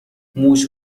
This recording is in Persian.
موش